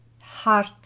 heart